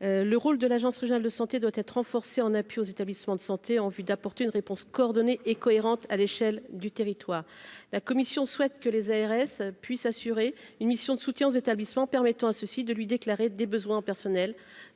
le rôle de l'Agence Régionale de Santé doit être renforcée en appui aux établissements de santé, en vue d'apporter une réponse coordonnée et cohérente à l'échelle du territoire, la commission souhaite que les ARS puisse assurer une mission de soutien aux établissements permettant à ceux-ci de lui déclarer des besoins en personnel